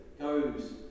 goes